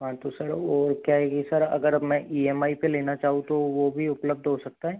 हाँ तो सर वो क्या है कि सर अगर मैं ई एम आइ पे लेना चाहूँ तो वो भी उपलब्ध हो सकता है